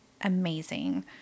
amazing